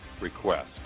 request